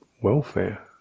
welfare